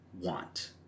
want